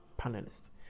panelists